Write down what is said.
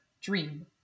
dream